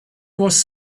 was